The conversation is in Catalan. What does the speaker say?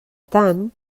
tant